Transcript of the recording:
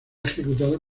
ejecutado